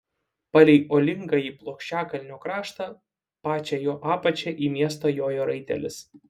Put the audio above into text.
palei uolingąjį plokščiakalnio kraštą pačia jo apačia į miestą jojo raitelis